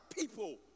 people